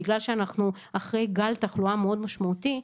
בגלל שאנחנו אחרי גל תחלואה מאוד משמעותי,